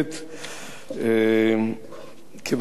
כיוון שאני בעברי